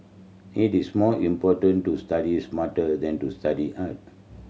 it is more important to study smarter than to study hard